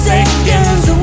Seconds